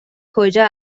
کجا